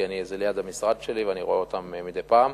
כי זה ליד המשרד שלי ואני רואה אותם מדי פעם.